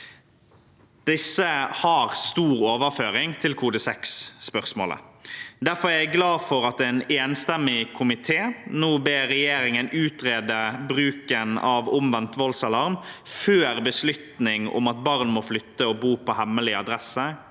Dette har stor overføringsverdi til kode 6spørsmålet. Derfor er jeg glad for at en enstemmig komité nå ber regjeringen utrede bruken av omvendt voldsalarm før beslutning om at barn må flytte og bo på hemmelig adresse,